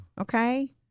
okay